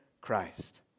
Christ